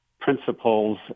principles